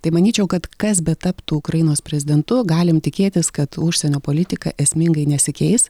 tai manyčiau kad kas betaptų ukrainos prezidentu galim tikėtis kad užsienio politika esmingai nesikeis